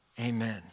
Amen